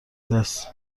دست